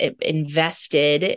invested